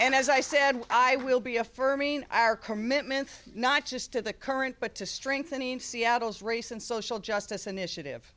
and as i said i will be affirming our commitment not just to the current but to strengthening seattle's race and social justice initiative